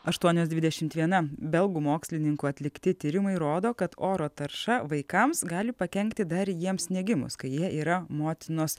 aštuonios dvidešimt viena belgų mokslininkų atlikti tyrimai rodo kad oro tarša vaikams gali pakenkti dar jiems negimus kai jie yra motinos